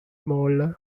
smaller